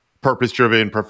purpose-driven